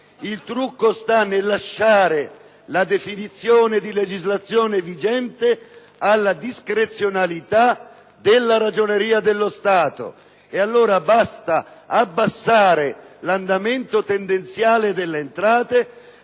il trucco? Sta nel lasciare la definizione di legislazione vigente alla discrezionalità della Ragioneria generale dello Stato; e allora basta abbassare l'andamento tendenziale delle entrate